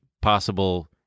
possible